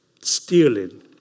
stealing